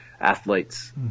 athletes